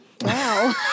Wow